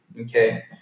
Okay